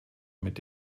mit